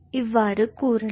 இவ்வாறு கூறலாம்